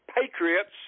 patriots